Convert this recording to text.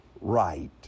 right